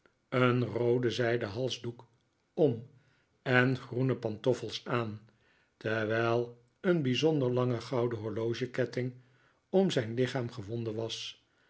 een rooden zij den halsdoek om en groene pantoffels aan terwijl een bijzonder lange gouden horlogeketting om zijn lichaam gewonden was